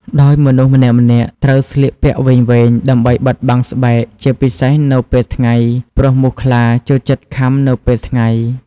ដោយមនុស្សម្នាក់ៗត្រូវស្លៀកពាក់វែងៗ ដើម្បីបិទបាំងស្បែក ជាពិសេសនៅពេលថ្ងៃ ព្រោះមូសខ្លាចូលចិត្តខាំនៅពេលថ្ងៃ។